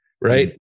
right